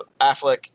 Affleck